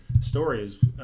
stories